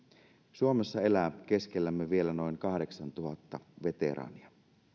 suomessa elää keskellämme vielä noin kahdeksantuhatta veteraania